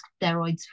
steroids